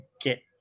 get